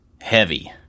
heavy